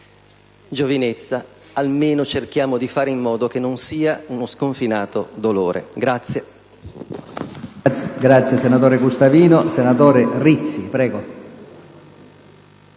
giovinezza, almeno cerchiamo di fare in modo che non sia uno sconfinato dolore.